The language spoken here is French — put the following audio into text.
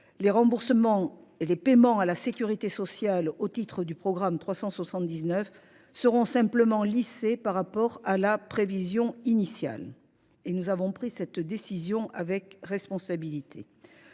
Les remboursements et les paiements à la sécurité sociale au titre de ce programme seront simplement lissés par rapport à la prévision initiale. Nous avons pris cette décision en faisant